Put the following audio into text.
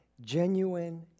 genuine